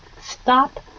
Stop